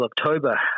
October